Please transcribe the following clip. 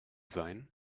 sein